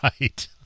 Right